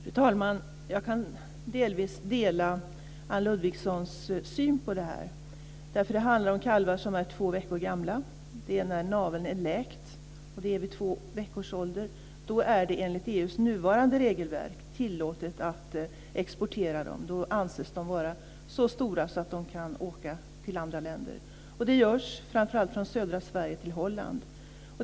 Fru talman! Jag kan delvis dela Anne Ludvigssons syn på detta. Det handlar om kalvar som är två veckor gamla. Naveln är läkt vid två veckors ålder. Då är det enligt EU:s nuvarande regelverk tillåtet att exportera dem. Då anses de vara så stora att de kan åka till andra länder. Det görs framför allt från södra Sverige till Holland.